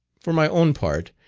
for my own part,